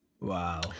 Wow